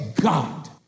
God